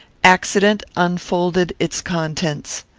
accident unfolded its contents.